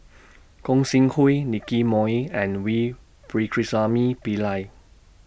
Gog Sing Hooi Nicky Moey and V Pakirisamy Pillai